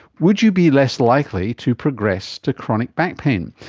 would you be less likely to progress to chronic back pain?